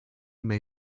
may